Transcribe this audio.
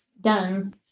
done